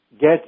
get